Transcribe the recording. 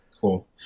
Cool